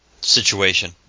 situation